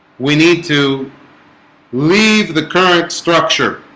we need to leave the current structure